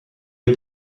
est